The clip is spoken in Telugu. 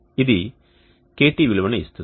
ఇది KT విలువను ఇస్తుంది